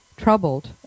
troubled